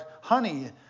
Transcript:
honey